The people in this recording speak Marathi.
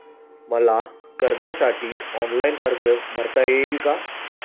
मला कर्जासाठी ऑनलाइन अर्ज भरता येईल का?